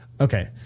Okay